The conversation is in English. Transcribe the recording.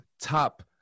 top